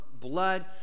blood